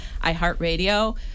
iHeartRadio